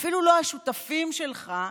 אפילו לא השותפים שלך,